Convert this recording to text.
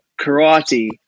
karate